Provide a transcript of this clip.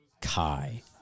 Kai